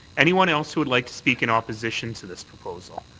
anyone else who would like to speak in opposition to this proposal?